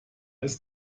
ist